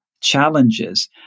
challenges